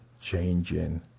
changing